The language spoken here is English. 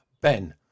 Ben